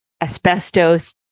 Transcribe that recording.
asbestos